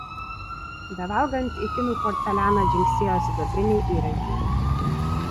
bevalgant į kinų porcelianą dzingsėjo sidabriniai įrankiai